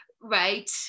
right